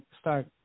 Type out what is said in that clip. start